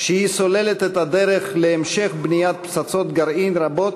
שהיא סוללת את הדרך להמשך בניית פצצות גרעין רבות,